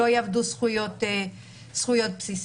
לא יאבדו זכויות בסיסיות.